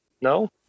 no